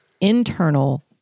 internal